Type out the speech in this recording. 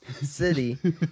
city